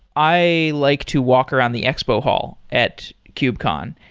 i like to walk around the expo hall at kubecon,